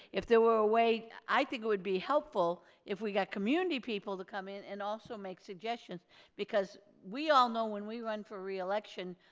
if there were a way, i think it would be helpful if we got community people to come in and also make suggestions because we all know when we run for reelection,